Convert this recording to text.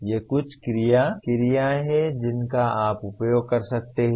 ये कुछ क्रिया क्रियाएं हैं जिनका आप उपयोग कर सकते हैं